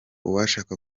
uwashaka